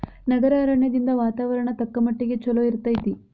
ನಗರ ಅರಣ್ಯದಿಂದ ವಾತಾವರಣ ತಕ್ಕಮಟ್ಟಿಗೆ ಚಲೋ ಇರ್ತೈತಿ